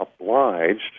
obliged